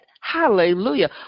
Hallelujah